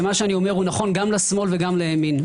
מה שאני אומר נכון גם לשמאל וגם לימין.